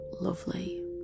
lovely